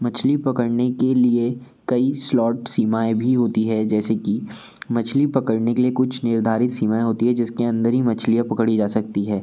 मछली पकड़ने के लिए कई स्लॉट सीमाएँ भी होती हैं जैसे कि मछली पकड़ने के लिए कुछ निर्धारित सीमाऍं होती है जिसके अंदर ही मछलियाँ पकड़ी जा सकती है